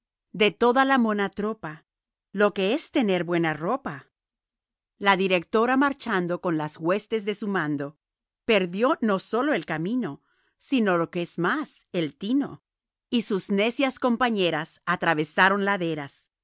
de toda la mona tropa lo que es tener buena ropa la directora marchando con las huestes de su mando perdió no sólo el camino sino lo que es más el tino y sus necias compañeras atravesaron laderas